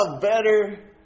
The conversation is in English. better